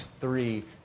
three